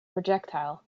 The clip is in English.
projectile